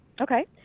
Okay